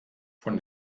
von